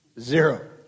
Zero